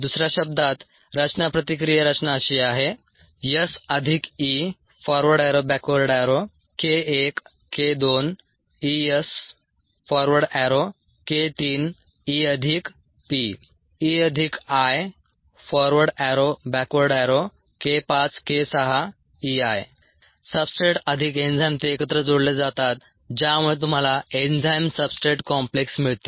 दुसऱ्या शब्दांत रचना प्रतिक्रिया रचना अशी आहे सब्सट्रेट अधिक एन्झाइम ते एकत्र जोडले जातात ज्यामुळे तुम्हाला एन्झाइम सब्सट्रेट कॉम्प्लेक्स मिळते